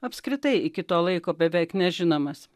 apskritai iki to laiko beveik nežinomas